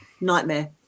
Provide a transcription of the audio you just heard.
nightmare